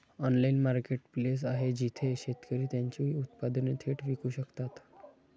Online marketplace आहे जिथे शेतकरी त्यांची उत्पादने थेट विकू शकतात?